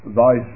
thy